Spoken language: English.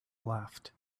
laughed